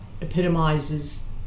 epitomizes